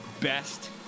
best